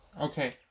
Okay